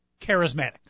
Charismatic